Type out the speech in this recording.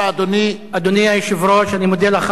אריה אלדד.